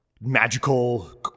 magical